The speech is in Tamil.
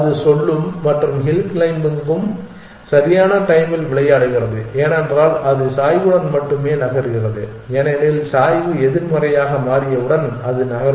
அது சொல்லும் மற்றும் ஹில் க்ளைம்பிங்கும் சரியான டைம்மில் விளையாடுகிறது ஏனென்றால் அது சாய்வுடன் மட்டுமே நகர்கிறது ஏனெனில் சாய்வு எதிர்மறையாக மாறியவுடன் அது நகரும்